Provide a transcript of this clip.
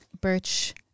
Birch